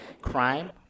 crime